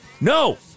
No